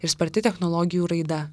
ir sparti technologijų raida